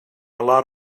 lot